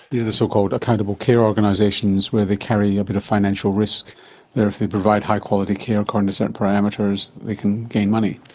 these are the so-called accountable care organisations where they carry a bit of financial risk, that if they provide high quality care according to certain parameters they can gain money.